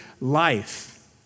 life